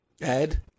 Ed